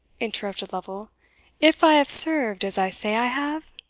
interrupted lovel if i have served as i say i have?